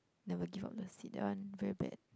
never give up the seat that one very bad